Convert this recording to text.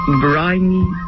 briny